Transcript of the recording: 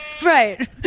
Right